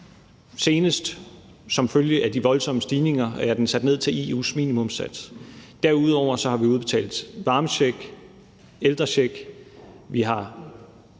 er den sat ned til EU's minimumssats. Derudover har vi udbetalt varmecheck og ældrecheck.